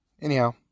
Anyhow